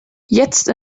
jetzt